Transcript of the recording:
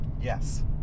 Yes